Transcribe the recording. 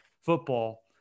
football